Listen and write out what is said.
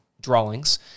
drawings